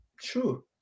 true